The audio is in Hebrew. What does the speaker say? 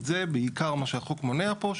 זה בעיקר מה שהחוק מונע פה.